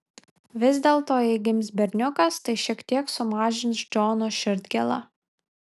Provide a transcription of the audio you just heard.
vis dėlto jei gims berniukas tai šiek tiek sumažins džono širdgėlą